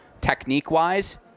technique-wise